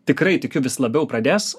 tikrai tikiu vis labiau pradės